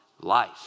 life